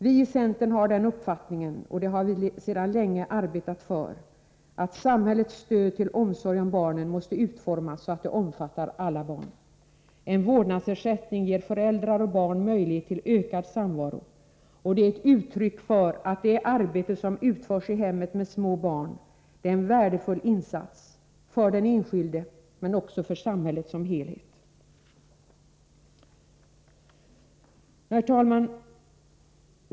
Vii centern har den uppfattningen — och det har vi sedan länge arbetat för — att samhällets stöd till omsorg om barnen måste utformas så att det omfattar alla barn. En vårdnadsersättning ger föräldrar och barn möjlighet till ökad samvaro och är ett uttryck för att det arbete som utförs i hemmet med små barn är en värdefull insats, för den enskilde men också för samhället som helhet. Herr talman!